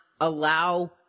allow